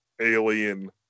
alien